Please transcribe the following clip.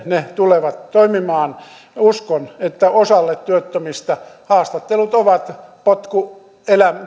ne tulevat toimimaan uskon että osalle työttömistä haastattelut ovat potku